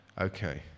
Okay